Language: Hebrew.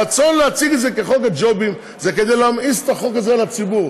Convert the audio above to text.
הרצון להציג את זה כחוק הג'ובים זה כדי להמאיס את החוק הזה על הציבור.